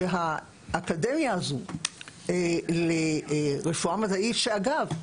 שהאקדמיה הזו לרפואה מדעית שאגב,